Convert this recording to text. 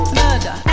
murder